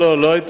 לא, לא היתה